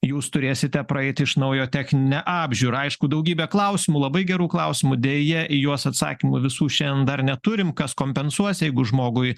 jūs turėsite praeiti iš naujo techninę apžiūrą aišku daugybė klausimų labai gerų klausimų deja į juos atsakymų visų šian dar neturime kas kompensuos jeigu žmogui